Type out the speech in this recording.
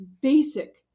basic